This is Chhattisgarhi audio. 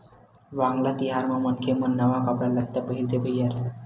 वांगला तिहार म मनखे मन नवा कपड़ा लत्ता पहिरथे भईर